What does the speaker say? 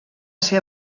ser